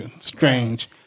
strange